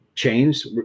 chains